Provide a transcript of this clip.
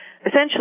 essentially